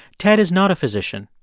ted is not a physician.